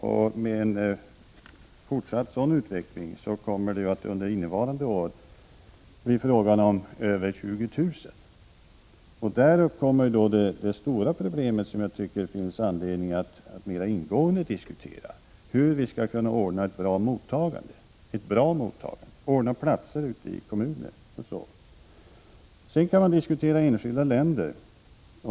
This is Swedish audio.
Med en fortsatt sådan utveckling kommer det att under innevarande år bli fråga om över 20 000 personer. Där kommer vi in på det stora problemet, som jag tycker det finns anledning att mer ingående diskutera, nämligen hur vi skall kunna ordna ett bra mottagande och få fram platser ute i kommunerna osv. Sedan kan man diskutera enskilda länder.